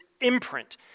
imprint